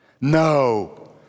No